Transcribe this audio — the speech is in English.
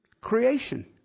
creation